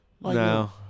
no